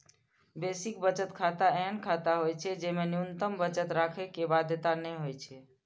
basic बचत खाता एहन खाता होइ छै, जेमे न्यूनतम बचत राखै के बाध्यता नै होइ छै